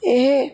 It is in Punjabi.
ਇਹ